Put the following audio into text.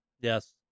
Yes